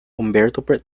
umberto